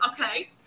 Okay